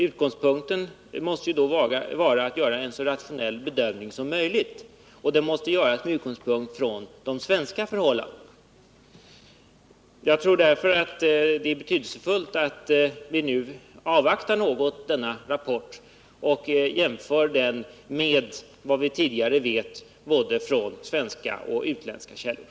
Utgångspunkten måste då vara att göra en så rationell bedömning som möjligt, och den måste göras med utgångspunkt från de svenska förhållandena. Jag tror därför att det är betydelsefullt att vi nu något avvaktar denna rapport och jämför den med vad vi tidigare vet från både svenska och utländska källor.